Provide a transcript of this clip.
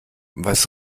was